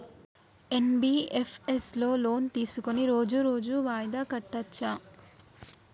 NBFS లో loan తీస్కొని రోజు రోజు వాయిదా కట్టచ్ఛా?